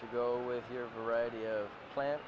to go with your variety of plant